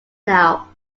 now